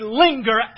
linger